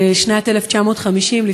בשנת 1950,